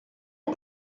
est